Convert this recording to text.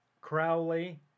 Crowley